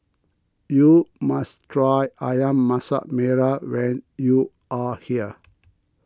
you must try Ayam Masak Merah when you are here